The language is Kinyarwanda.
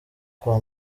kwa